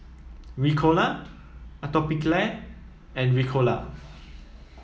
Ricola Atopiclair and Ricola